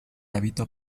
hábito